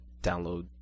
download